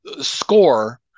SCORE